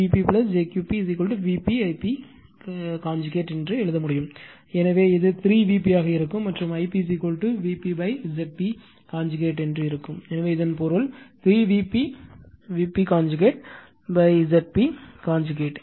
P p jQ p Vp I p conjugate எழுத முடியும் எனவே இது 3 Vp ஆக இருக்கும் மற்றும் Ip Vp Zp கான்ஜுகேட் இருக்கும் எனவே இதன் பொருள் 3 Vp Vp conjugate Zp conjugate